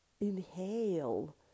inhale